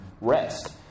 rest